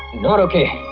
not okay!